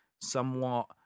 somewhat